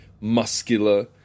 muscular